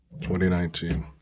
2019